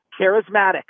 charismatic